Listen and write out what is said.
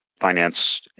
finance